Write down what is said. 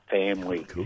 family